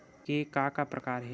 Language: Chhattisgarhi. के का का प्रकार हे?